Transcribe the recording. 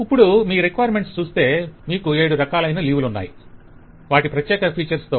ఇప్పుడు మీ రిక్వైర్మెంట్స్ చూస్తే మీకు ఏడు రకాలైన లీవ్ లు ఉన్నాయి వాటి ప్రత్యెక ఫీచర్స్ తో అవునా